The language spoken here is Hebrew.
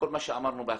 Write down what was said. כל מה שאמרנו בהתחלה.